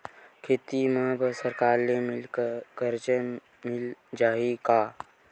खेती बर सरकार ले मिल कर्जा मिल जाहि का?